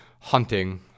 hunting –